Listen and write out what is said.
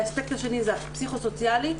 האספקט השני זה הפסיכו סוציאלי,